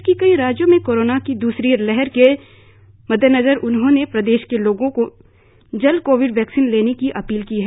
देश के कई राज्य में कोरोना की दूसरी लहर के मद्देनजर उन्होंने प्रदेश के लोगों से जल्द कोविड वैक्सिन लेने की अपील की है